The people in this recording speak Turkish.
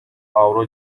avro